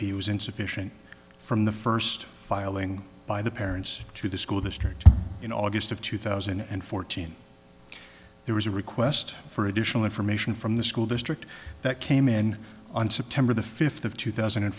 was insufficient from the first filing by the parents to the school district in august of two thousand and fourteen there was a request for additional information from the school district that came in on september the fifth of two thousand and